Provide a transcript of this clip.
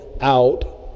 out